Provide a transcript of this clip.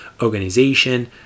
organization